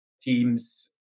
teams